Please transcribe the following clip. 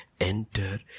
enter